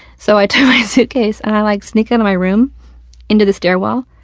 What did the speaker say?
so i took my suitcase and i, like, sneak out of my room into the stairwell.